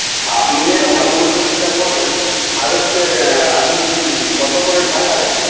আপনি যেটা ভালো বুঝবেন সেটা করবেন আর হচ্ছে আপনি কত করে টাকা নেন